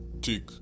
Tick